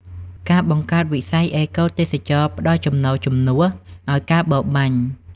ការបង្កើតវិស័យអេកូទេសចរណ៍ផ្តល់ចំណូលជំនួសឱ្យការបរបាញ់។